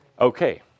Okay